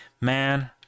Man